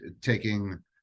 taking